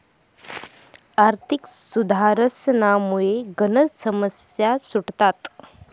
आर्थिक सुधारसनामुये गनच समस्या सुटण्यात